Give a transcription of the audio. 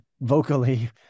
vocally